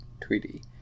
Tweety